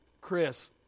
Chris